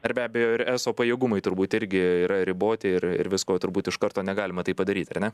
ar be abejo ir eso pajėgumai turbūt irgi yra riboti ir ir visko turbūt iš karto negalima taip padaryti ar ne